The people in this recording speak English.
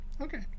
Okay